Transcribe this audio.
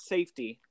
Safety